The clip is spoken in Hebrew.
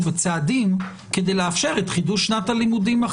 בצעדים כדי לאפשר את חידוש שנת הלימודים.